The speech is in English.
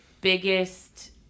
biggest